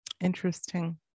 Interesting